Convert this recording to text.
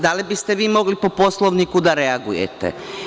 Da li biste vi mogli po Poslovniku da reagujete?